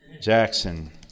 Jackson